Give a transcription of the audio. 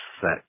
set